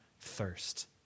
thirst